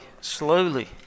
slowly